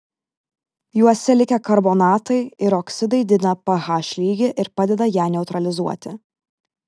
juose likę karbonatai ir oksidai didina ph lygį ir padeda ją neutralizuoti